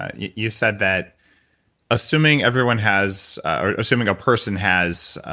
and you said that assuming everyone has, or assuming a person has